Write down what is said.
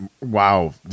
Wow